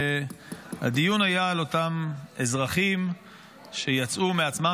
הדיון היה על אותם אזרחים שיצאו מעצמם.